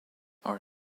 are